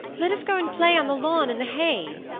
let us go and play on the lawn in the hay!